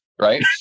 Right